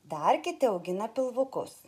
dar kiti augina pilvukus